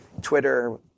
Twitter